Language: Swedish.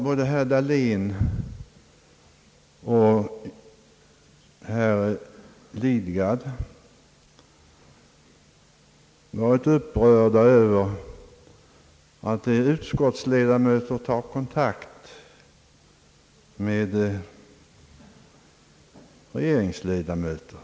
Både herr Dahlén och herr Lidgard har varit uppprörda över att utskottsledamöter tar kontakt med regeringsledamöter.